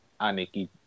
Aniki